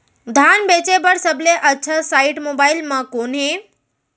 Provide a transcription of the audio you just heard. धान बेचे बर सबले अच्छा साइट मोबाइल म कोन हे?